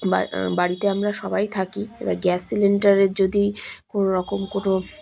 বা বাড়িতে আমরা সবাই থাকি এবার গ্যাস সিলিন্ডারের যদি কোনোোরকম কোনো